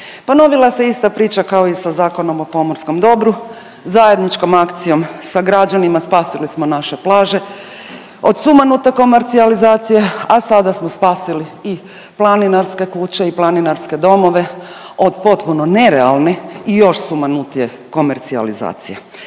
Ponovila se ista priča kao i sa Zakonom o pomorskom dobru. Zajedničkom akcijom sa građanima spasili smo naše plaže od sumanute komercijalizacije, a sada smo spasili i planinarske kuće i planinarske domove od potpuno nerealne i još sumanutije komercijalizacije.